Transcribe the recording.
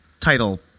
title